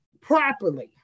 properly